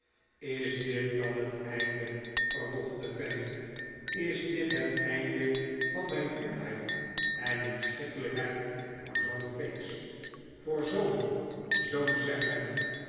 is dit dan het einde vervolgde fanny is dit het einde van mijn goedheid en inschikkelijkheid voor zoo'n feeks voor zoo'n zoo'n serpent